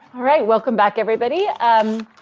all right. welcome back everybody. um,